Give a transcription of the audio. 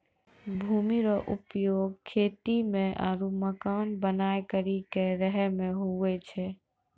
भूमि रो उपयोग खेती मे आरु मकान बनाय करि के रहै मे हुवै छै